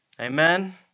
Amen